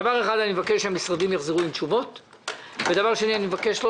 דבר אחד, אני מבקש שהמשרדים יחזרו עם תשובות.